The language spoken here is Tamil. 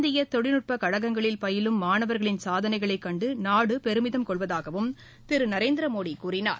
இந்திய தொழில்நட்பக் கழகங்களில் பயிலும் மாணவர்களின் சாதனைகளைக் கண்டு நாடு பெருமிதம் கொள்வதாகவும் திரு நரேந்திரமோடி கூறினார்